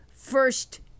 First